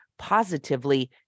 positively